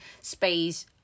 space